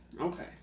Okay